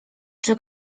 czy